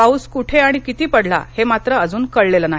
पाऊस कुठे आणि किती पडला ते मात्र अजून कळलेलं नाही